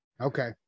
Okay